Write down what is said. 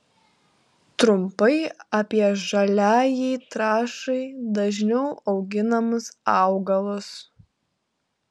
trumpai apie žaliajai trąšai dažniau auginamus augalus